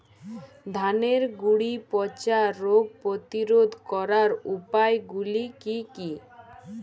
ধানের গুড়ি পচা রোগ প্রতিরোধ করার উপায়গুলি কি কি?